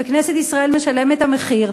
וכנסת ישראל משלמת את המחיר,